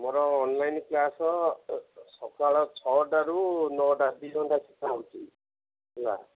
ମୋର online class ସକାଳ ଛଅଟାରୁ ନଅଟା ଦୁଇ ଘଣ୍ଟା ଶିଖିଆ ହେଉଛି ହେଲା